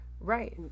right